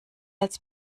als